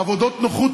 עבודות נוחות,